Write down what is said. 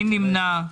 מי נמנע?